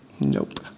Nope